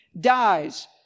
dies